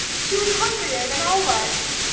she was hungrier than i was.